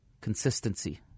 consistency